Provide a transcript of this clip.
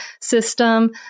system